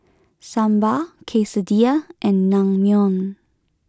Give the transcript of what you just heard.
Sambar Quesadillas and Naengmyeon